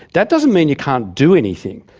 that doesn't mean you can't do anything.